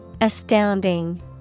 Astounding